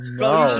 no